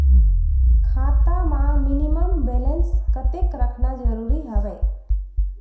खाता मां minimum balance कतेक रखना जरूरी हवय?